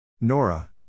Nora